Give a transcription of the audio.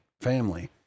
family